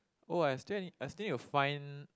oh I still need I still need to find